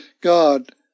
God